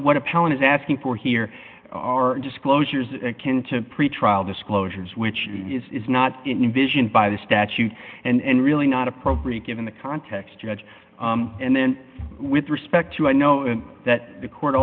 what a palin is asking for here are disclosures akin to pretrial disclosures which is not invasion by the statute and really not appropriate given the context judge and then with respect to i know that the court